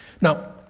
Now